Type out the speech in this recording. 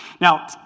Now